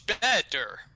Better